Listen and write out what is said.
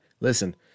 listen